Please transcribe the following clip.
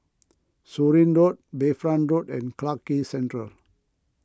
Surin Road Bayfront Drive and Clarke Quay Central